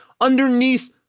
underneath